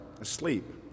asleep